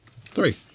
three